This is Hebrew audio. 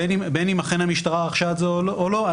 בין אם אכן המשטרה רכשה את זה או לא,